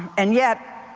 and yet,